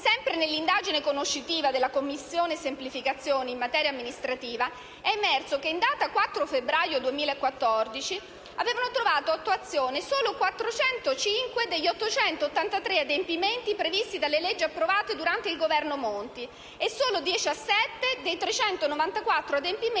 Sempre nell'indagine conoscitiva della Commissione semplificazione in materia amministrativa è emerso che in data 4 febbraio 2014 avevano trovato attuazione solo 405 degli 883 adempimenti previsti dalle leggi approvate durante il Governo Monti e solo 17 dei 394 adempimenti di